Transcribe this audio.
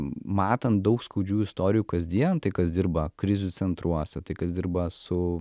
matant daug skaudžių istorijų kasdien tai kas dirba krizių centruose tai kas dirba su